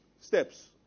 steps